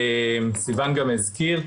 סיון גם הזכיר,